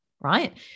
right